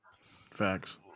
Facts